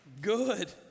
Good